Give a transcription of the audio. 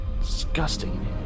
disgusting